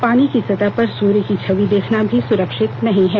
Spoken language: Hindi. पानी की सतह पर सूर्य की छवि देखना भी सुरक्षित नहीं है